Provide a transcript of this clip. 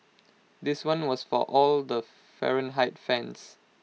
this one was for all the Fahrenheit fans